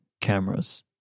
cameras